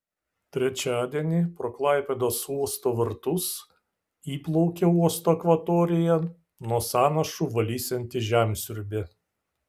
trečiadienį pro klaipėdos uosto vartus įplaukė uosto akvatoriją nuo sąnašų valysianti žemsiurbė